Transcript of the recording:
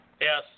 Yes